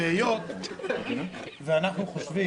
והיות שאנחנו חושבים